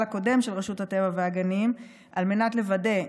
הקודם של רשות הטבע והגנים כדי לוודא,